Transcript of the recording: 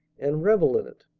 and revel in it.